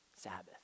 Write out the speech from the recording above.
Sabbath